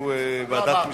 הוא לא אמר,